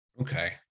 Okay